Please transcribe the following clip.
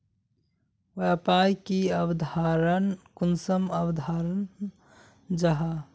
व्यापार की अवधारण कुंसम अवधारण जाहा?